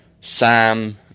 Sam